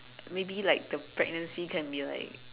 maybe like the pregnancy can be like